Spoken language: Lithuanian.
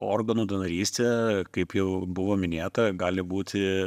organų donorystė kaip jau buvo minėta gali būti